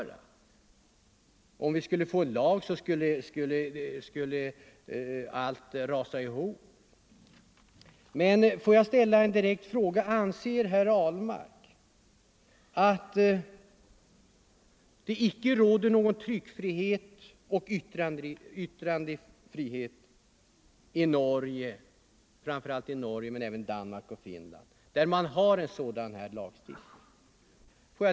Han tycks mena att om vi skulle få en lag på det här miskt förtal Nr 116 området så skulle allt rasa ihop. Torsdagen den Får jag ställa en direkt fråga: Anser herr Ahlmark att det icke råder 7 november 1974 någon tryckfrihet och yttrandefrihet i framför allt Norge men även i Danmark och Finland, där man har en sådan lagstiftning?